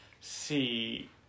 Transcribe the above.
See